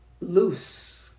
loose